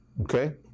Okay